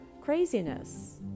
craziness